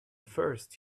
first